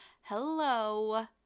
Hello